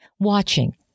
watching